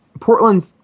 Portland's